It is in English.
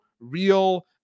real